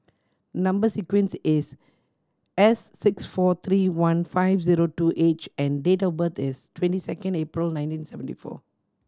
number sequence is S six four three one five zero two H and date of birth is twenty second April nineteen seventy four